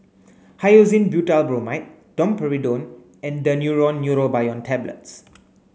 Hyoscine Butylbromide Domperidone and Daneuron Neurobion Tablets